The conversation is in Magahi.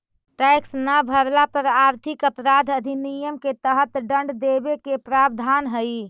टैक्स न भरला पर आर्थिक अपराध अधिनियम के तहत दंड देवे के प्रावधान हई